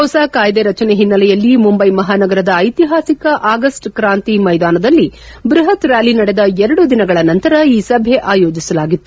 ಹೊಸ ಕಾಯ್ದೆ ರಚನೆ ಹಿನ್ನೆಲೆಯಲ್ಲಿ ಮುಂಬೈ ಮಹಾನಗರದ ಐತಿಹಾಸಿಕ ಆಗಸ್ಟ್ ಕ್ರಾಂತಿ ಮೈದಾನದಲ್ಲಿ ಬೃಹತ್ ರ್ನಾಲಿ ನಡೆದ ಎರಡು ದಿನಗಳ ನಂತರ ಈ ಸಭೆ ಆಯೋಜಿಸಲಾಗಿತ್ತು